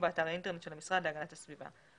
באתר האינטרנט של המשרד להגנת הסביבה.